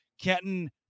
Kenton